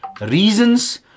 Reasons